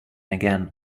again